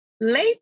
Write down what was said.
late